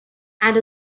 and